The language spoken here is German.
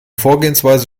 vorgehensweise